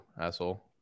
asshole